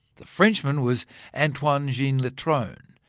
the frenchman was antoine-jean letronne,